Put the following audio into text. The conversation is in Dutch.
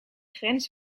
grens